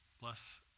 Bless